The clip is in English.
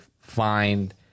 find